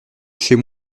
chez